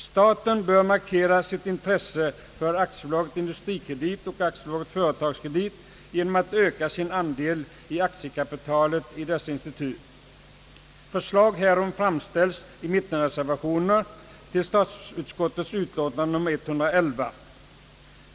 Staten bör markera sitt intresse för AB Industrikredit och AB Företagskredit genom att öka sin andel av aktiekapitalet i dessa institut. Förslag härom framställs i mittenreservationer till statsutskottets utlåtande nr 111.